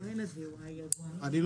לא